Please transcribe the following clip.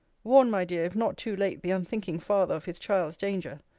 warn, my dear, if not too late, the unthinking father, of his child's danger.